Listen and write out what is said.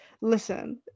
listen